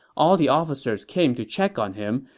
all the officers came to check on him,